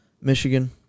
Michigan